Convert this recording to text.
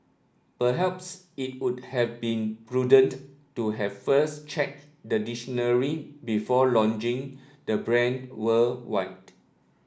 perhaps it would have been prudent to have first checked the dictionary before launching the brand worldwide